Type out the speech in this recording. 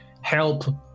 help